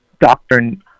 doctrine